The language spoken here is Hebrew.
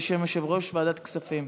בשם יושב-ראש ועדת כספים.